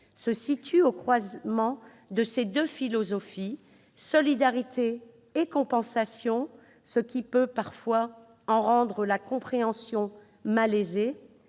se situe au croisement de ces deux philosophies, solidarité et compensation, ce qui peut parfois en rendre la compréhension malaisée.